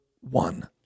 one